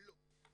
לא.